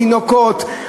תינוקות.